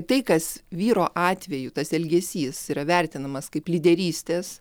tai kas vyro atveju tas elgesys yra vertinamas kaip lyderystės